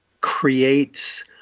creates